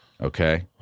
okay